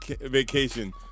vacation